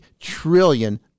trillion